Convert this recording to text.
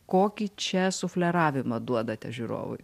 kokį čia sufleravimą duodate žiūrovui